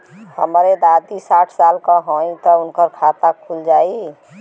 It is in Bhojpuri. हमरे दादी साढ़ साल क हइ त उनकर खाता खुल जाई?